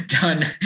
done